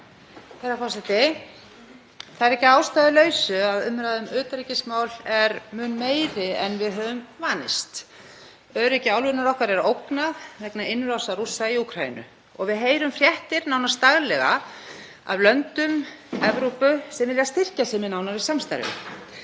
Það er ekki að ástæðulausu að umræða um utanríkismál er mun meiri en við höfum vanist. Öryggi álfunnar okkar er ógnað vegna innrásar Rússa í Úkraínu og við heyrum fréttir nánast daglega af löndum Evrópu sem vilja styrkja sig með nánara samstarfi.